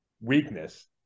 weakness